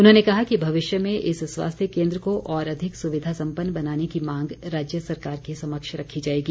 उन्होंने कहा कि भविष्य में इस स्वास्थ्य केन्द्र को और अधिक सुविधा सम्पन्न बनाने की मांग राज्य सरकार के समक्ष रखी जाएगी